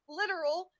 literal